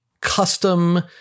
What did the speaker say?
custom